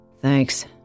Thanks